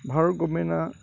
Bharat गभार्नमेन्टआ